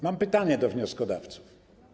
Mam pytanie do wnioskodawcy.